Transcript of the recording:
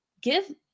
give